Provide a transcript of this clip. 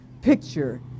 picture